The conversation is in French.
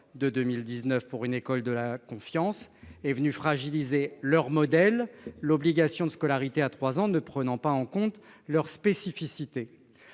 2019 pour une école de la confiance est venue fragiliser leur modèle, l'obligation de scolarité à 3 ans ne prenant pas en compte leurs spécificités.